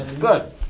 Good